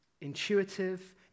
intuitive